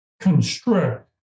constrict